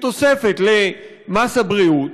כתוספת למס הבריאות.